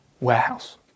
warehouse